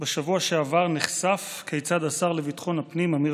"בשבוע שעבר נחשף כיצד השר לביטחון הפנים אמיר